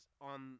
on